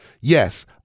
Yes